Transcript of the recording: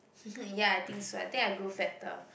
ya I think so I think I grew fatter